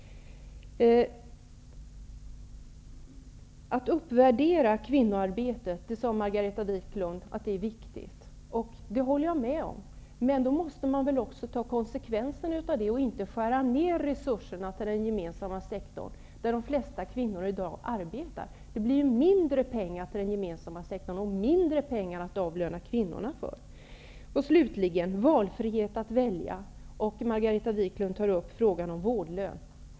Att uppvärdera kvinnoarbetet sade Margareta Viklund var viktigt. Det håller jag med om. Då måste man också ta konsekvenserna av det och inte skära ned resurserna för den gemensamma sektorn, där de flesta kvinnorna i dag arbetar. Det blir mindre pengar till den gemensamma sektorn och mindre pengar att avlöna kvinnorna för. Det talas om frihet att välja. Margareta Viklund tar upp frågan om vårdlön.